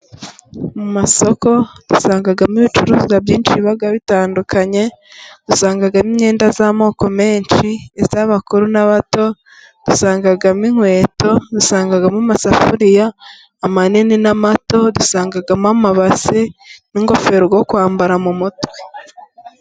Mu masoko dusangamo ibicuruzwa byinshi biba bitandukanye, dusangamo imyenda y'amoko menshi iy'abakuru n'abato, dusangamo inkweto, dusangamo amasafuriya manini n'amato, dusangamo amabase n'ingofero zo kwambara mu mutwe.